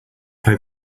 play